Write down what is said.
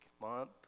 Month